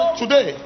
today